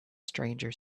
stranger